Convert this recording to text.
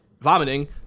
vomiting